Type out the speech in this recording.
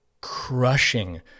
crushing